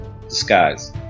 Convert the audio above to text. disguise